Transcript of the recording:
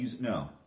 No